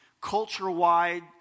culture-wide